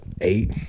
eight